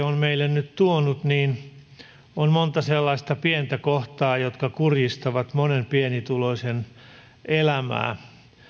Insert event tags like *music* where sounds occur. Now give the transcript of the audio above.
*unintelligible* on meille nyt tuonut on monta sellaista pientä kohtaa jotka kurjistavat monen pienituloisen elämää